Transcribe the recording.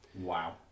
wow